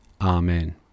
Amen